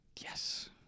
Yes